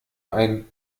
ein